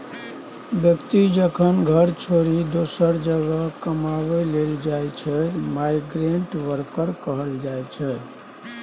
बेकती जखन घर छोरि दोसर जगह कमाबै लेल जाइ छै माइग्रेंट बर्कर कहल जाइ छै